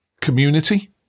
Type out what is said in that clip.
Community